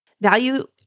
Value